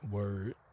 Word